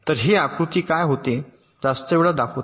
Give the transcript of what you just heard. तर हे आकृती काय होते जास्त वेळा दाखवते